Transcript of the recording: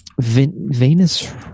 Venus